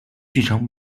剧场